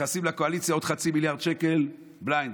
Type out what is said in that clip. נכנסים לקואליציה, עוד חצי מיליארד שקל בליינד.